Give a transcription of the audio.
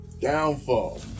Downfall